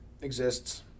exists